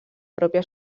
pròpia